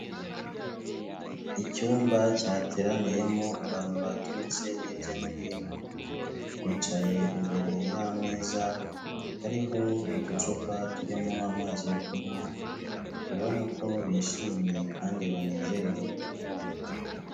Icyumba cyateraniyemo abantu baturutse hirya no hino bicaye imbere y'ameza, hariho uducupa turimo amazi yo kunywa, ubona ko bishimye kandi banezerewe.